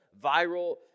viral